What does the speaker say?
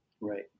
Right